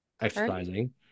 exercising